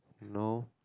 no